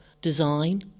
design